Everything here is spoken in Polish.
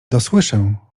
dosłyszę